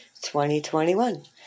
2021